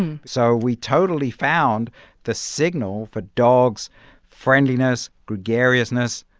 and so we totally found the signal for dogs' friendliness, gregariousness,